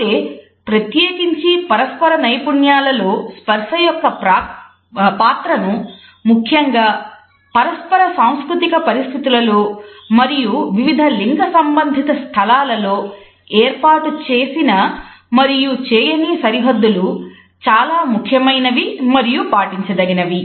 కాకపోతే ప్రత్యేకించి పరస్పర నైపుణ్యాల లో స్పర్శ యొక్క పాత్రను ముఖ్యంగా పరస్పర సాంస్కృతిక పరిస్థితులలో మరియు వివిధ లింగ సంబంధిత స్థలాలలో ఏర్పాటుచేసిన మరియు చేయని సరిహద్దులు చాలా ముఖ్యమైనవి మరియు పాటించ దగినవి